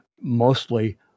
mostly